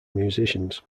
musicians